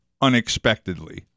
unexpectedly